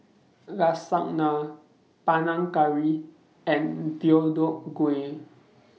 Lasagna Panang Curry and Deodeok Gui